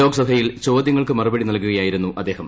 ലോക്സഭയിൽ ചോദ്യങ്ങൾക്ക് മറുപടി നൽകുകയായിരുന്നു അദ്ദേഹം